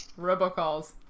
robocalls